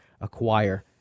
acquire